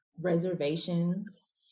reservations